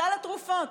סל התרופות,